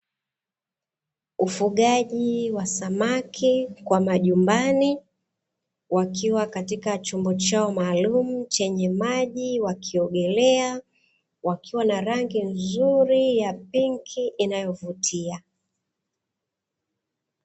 Ufugaji wa samaki kwa jumbani wakiwa katika chombo chao maalum chenye maji kaiogelea, wakiwa na rangi nzuri ya pinki inayovutia